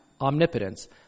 omnipotence